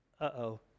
Uh-oh